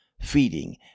feeding